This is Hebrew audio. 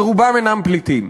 ורובם אינם פליטים.